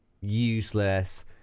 useless